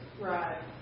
Right